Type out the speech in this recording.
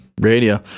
radio